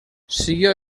siguió